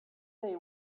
they